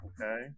Okay